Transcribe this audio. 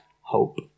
hope